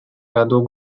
году